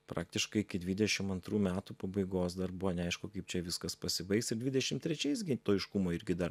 praktiškai iki dvidešim antrų metų pabaigos dar buvo neaišku kaip čia viskas pasibaigs ir dvidešim trečiais gi to aiškumo irgi dar